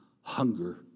hunger